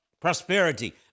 prosperity